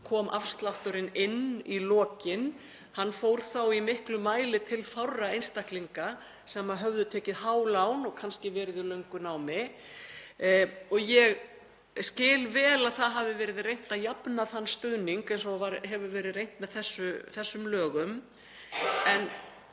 kom afslátturinn inn í lokin. Hann fór þá í miklum mæli til fárra einstaklinga sem höfðu tekið há lán og kannski verið í löngu námi. Ég skil vel að það hafi verið reynt að jafna þann stuðning eins og hefur verið reynt með þessum lögum